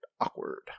awkward